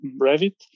Revit